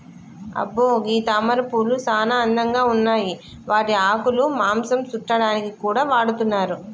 అబ్బో గీ తామరపూలు సానా అందంగా ఉన్నాయి వాటి ఆకులు మాంసం సుట్టాడానికి కూడా వాడతున్నారు